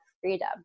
freedom